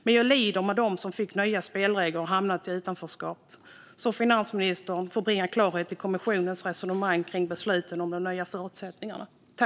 Men jag lider med dem som fått nya spelregler och hamnat i utanförskap, så finansministern får bringa klarhet i kommissionens resonemang kring besluten om de nya förutsättningarna.